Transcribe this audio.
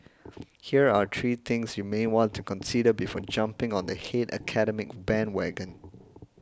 here are three things you may want to consider before jumping on the hate academic bandwagon